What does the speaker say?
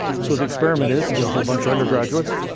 so the experiment is, you get a whole bunch of undergraduates,